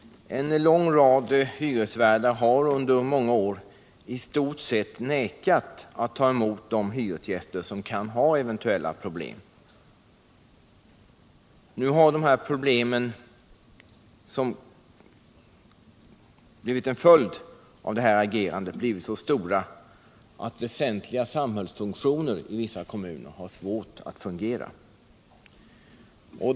En lång rad hyresvärdar har under många år i stort sett vägrat ta emot de hyresgäster som kan ha problem. Nu har problemen blivit så stora att verksamheten på väsentliga samhällsområden har svårt att fungera.